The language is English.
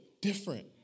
different